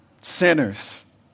sinners